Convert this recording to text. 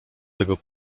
tego